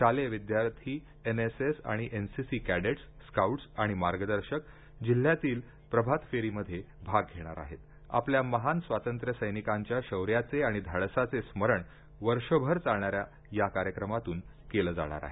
शालेय विद्यार्थी एनएसएस आणि एनसीसी कॅडेट्स स्काउट्स आणि मार्गदर्शक जिल्ह्यातील प्रभातफेरी मध्ये भाग घेणार आहेत आपल्या महान स्वातंत्र्य सैनिकांच्या शौर्याचे आणि धाडसाचे स्मरण वर्षभर चालणार्या या कार्यक्रमातून केलं जाणार आहे